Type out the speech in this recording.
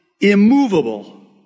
immovable